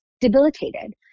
debilitated